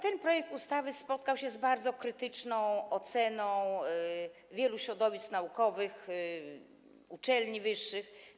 Ten projekt ustawy spotkał się z bardzo krytyczną oceną wielu środowisk naukowych, uczelni wyższych.